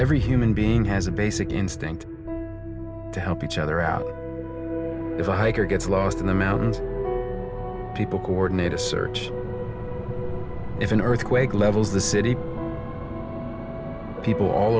every human being has a basic instinct to help each other out if a hiker gets lost in the mountains people coordinate a search if an earthquake levels the city people all